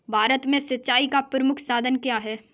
भारत में सिंचाई का प्रमुख साधन क्या है?